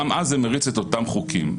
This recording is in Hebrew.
גם אז זה מריץ את אותם חוקים.